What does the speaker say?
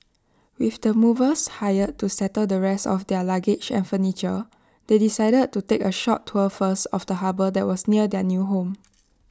with the movers hired to settle the rest of their luggage and furniture they decided to take A short tour first of the harbour that was near their new home